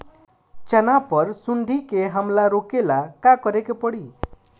चना पर सुंडी के हमला रोके ला का करे के परी?